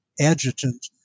adjutant